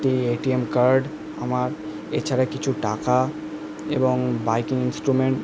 একটি A T M card আমার এছাড়া কিছু টাকা এবং বাইকিং ইন্সট্রুমেন্ট